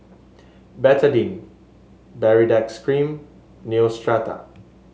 Betadine Baritex Cream Neostrata